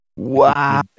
Wow